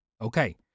Okay